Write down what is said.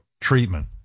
treatment